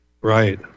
Right